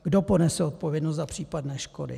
Kdo ponese odpovědnost za případné škody?